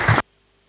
Hvala